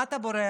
מה אתה בורח?